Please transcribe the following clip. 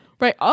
Right